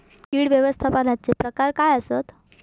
कीड व्यवस्थापनाचे प्रकार काय आसत?